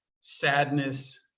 sadness